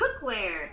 cookware